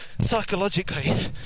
psychologically